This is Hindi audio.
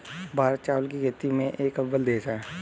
भारत चावल की खेती में एक अव्वल देश है